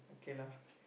okay lah